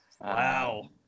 wow